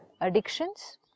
addictions